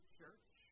church